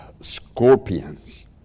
scorpions